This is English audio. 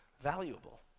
valuable